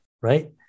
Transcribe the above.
right